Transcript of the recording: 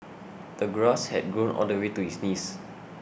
the grass had grown all the way to his knees